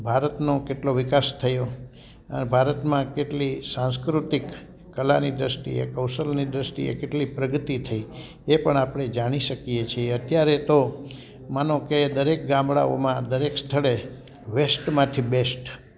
ભારતનો કેટલો વિકાસ થયો અને ભારતમાં કેટલી સાંસ્કૃતિક કલાની દ્રષ્ટિએ કૌશલની દ્રષ્ટિએ કેટલી પ્રગતિ થઈ એ પણ આપણે જાણી શકીએ છીએ અત્યારે તો માનો કે દરેક ગામળાઓમાં દરેક સ્થળે વેસ્ટમાંથી બેસ્ટ